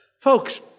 Folks